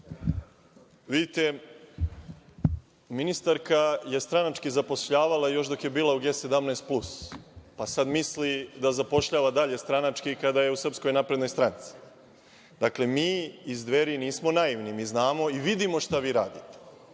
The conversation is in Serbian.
ministarka je stranački zapošljavala još dok je bila u G17+, pa sada misli da zapošljava dalje stranački kada je u SNS.Dakle, mi iz Dveri nismo naivni, znamo i vidimo šta vi radite.